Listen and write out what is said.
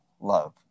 love